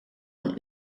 een